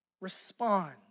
respond